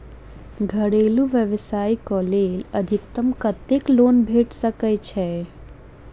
घरेलू व्यवसाय कऽ लेल अधिकतम कत्तेक लोन भेट सकय छई?